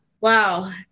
wow